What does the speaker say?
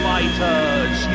Fighters